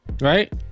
right